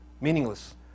meaningless